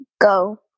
go